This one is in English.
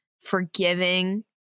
forgiving